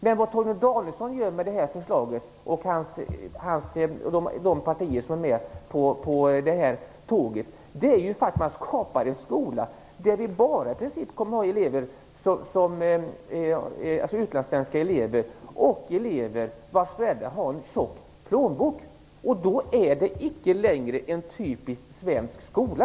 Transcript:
Men vad Torgny Danielsson och de partier som är med på det här tåget skapar är faktiskt en skola där det i princip bara kommer att finnas utlandssvenska elever och elever vars föräldrar har tjocka plånböcker. Då är det icke längre en typisk svensk skola!